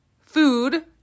food